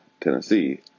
Tennessee